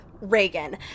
Reagan